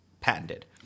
patented